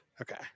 Okay